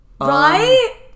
Right